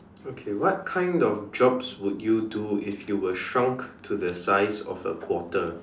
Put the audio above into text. okay what kind of jobs would you do if you were shrunk to the size of a quarter